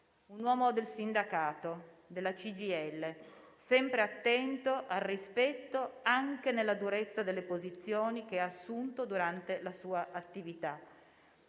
Un uomo del sindacato, della CGIL, sempre attento al rispetto, anche nella durezza delle posizioni che ha assunto durante la sua attività.